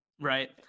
right